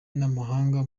n’amahanga